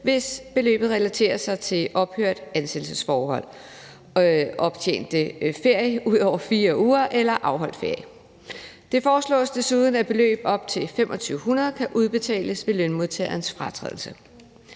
hvis beløbet relaterer sig til et ophørt ansættelsesforhold, optjent ferie ud over 4 uger eller afholdt ferie. Det foreslås desuden, at beløb op til 2.500 kr. kan udbetales ved lønmodtagerens fratrædelse.